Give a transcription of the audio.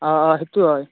অঁ অঁ সেইটো হয়